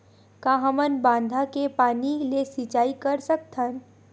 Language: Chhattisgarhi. का हमन बांधा के पानी ले सिंचाई कर सकथन?